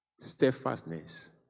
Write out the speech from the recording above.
steadfastness